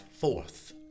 fourth